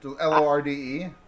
L-O-R-D-E